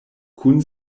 kun